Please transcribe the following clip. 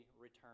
return